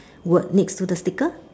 word next to the sticker